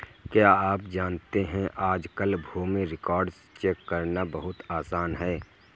क्या आप जानते है आज कल भूमि रिकार्ड्स चेक करना बहुत आसान है?